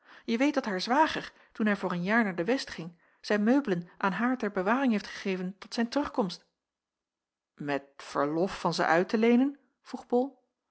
je weet dat haar zwager toen hij voor een jaar naar de west ging zijn meubelen aan haar ter bewaring heeft gegeven tot zijn terugkomst met verlof van ze uit te leenen vroeg bol